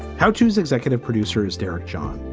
how tos executive producers eric jon.